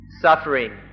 suffering